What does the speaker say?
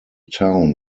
town